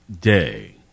Day